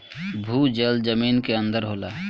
भूजल जमीन के अंदर होला